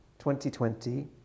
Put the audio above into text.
2020